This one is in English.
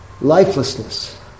Lifelessness